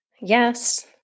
Yes